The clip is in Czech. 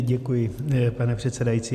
Děkuji, pane předsedající.